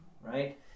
right